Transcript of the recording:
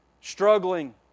struggling